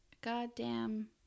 Goddamn